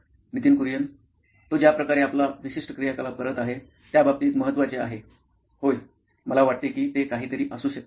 Nitin Kurian COO nine electronics तो ज्या प्रकारे आपला विशिष्ट क्रियाकलाप करत आहे त्या बाबतीत महत्त्वाचे आहे होय मला वाटते की ते काहीतरी असू शकते